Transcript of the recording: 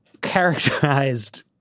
characterized